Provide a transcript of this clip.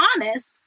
honest